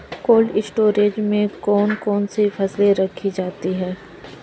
Cold storage में कौन कौन सी फसलें रखी जाती हैं?